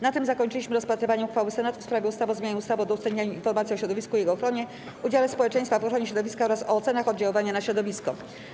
Na tym zakończyliśmy rozpatrywanie uchwały Senatu w sprawie ustawy o zmianie ustawy o udostępnianiu informacji o środowisku i jego ochronie, udziale społeczeństwa w ochronie środowiska oraz o ocenach oddziaływania na środowisko.